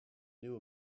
knew